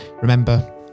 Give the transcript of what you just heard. Remember